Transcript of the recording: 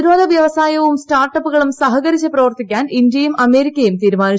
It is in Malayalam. പ്രതിരോധ വ്യവസായവും സ്റ്റാർട്ട് അപ്പുകളും സഹകരിച്ച് പ്രവർത്തിക്കാൻ ഇന്ത്യയും അമേരിക്കയും തീരുമാനിച്ചു